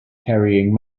carrying